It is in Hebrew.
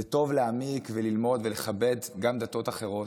זה טוב להעמיק וללמוד ולכבד גם דתות אחרות.